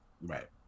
Right